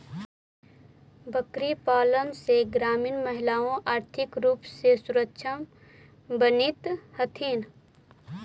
बकरीपालन से ग्रामीण महिला आर्थिक रूप से सक्षम बनित हथीन